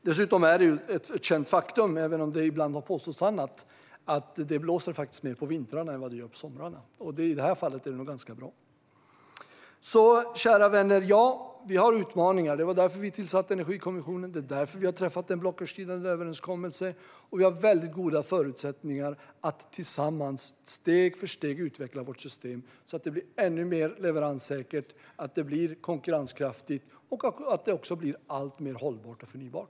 Dessutom är det ett känt faktum, även om det ibland har påståtts annat, att det blåser mer på vintern än på sommaren, och i det här fallet är det ganska bra. Kära vänner! Vi har utmaningar. Det var därför vi tillsatte Energikommissionen, och det är därför vi har träffat en blocköverskridande överenskommelse. Vi har väldigt goda förutsättningar att tillsammans, steg för steg, utveckla vårt system så att det blir ännu mer leveranssäkert och konkurrenskraftigt liksom alltmer hållbart och förnybart.